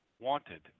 wanted